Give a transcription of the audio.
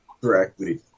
correctly